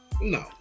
No